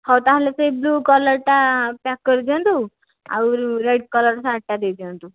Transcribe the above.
ହେଉ ତା'ହାଲେ ସେ ବ୍ଳୁ କଲର୍ଟା ପ୍ୟାକ୍ କରିଦିଅନ୍ତୁ ଆଉ ରେଡ୍ କଲର୍ ସାର୍ଟଟା ଦେଇଦିଅନ୍ତୁ